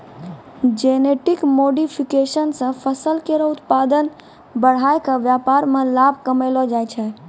genetic modification सें फसल केरो उत्पादन बढ़ाय क व्यापार में लाभ कमैलो जाय छै